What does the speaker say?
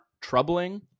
troubling